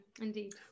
Indeed